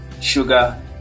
sugar